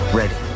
ready